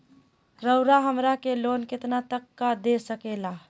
रउरा हमरा के लोन कितना तक का दे सकेला?